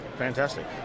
Fantastic